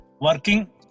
working